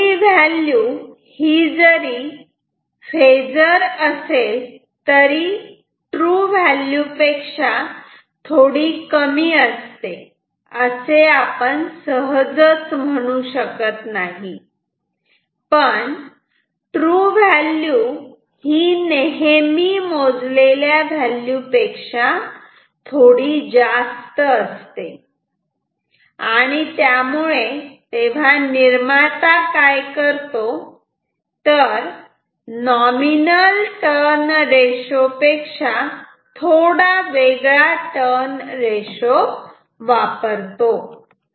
मोजलेली व्हॅल्यू ही जरी फेजर असेल तरी ट्रू व्हॅल्यू पेक्षा थोडी कमी असते असे आपण सहजच म्हणू शकत नाही पण ट्रू व्हॅल्यू ही नेहमी मोजलेल्या व्हॅल्यू पेक्षा थोडी जास्त असते तेव्हा निर्माता काय करतो तर नॉमिनल टर्न रेशो पेक्षा थोडा वेगळा टर्न रेशो वापरतो